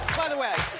by the way,